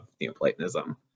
Neoplatonism